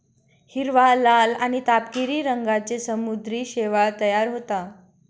हिरवा, लाल आणि तपकिरी रंगांचे समुद्री शैवाल तयार होतं